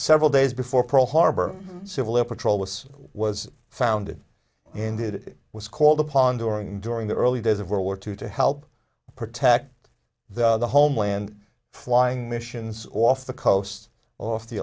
several days before pearl harbor civil liberties old us was founded and it was called upon during during the early days of world war two to help protect the homeland flying missions off the coast off the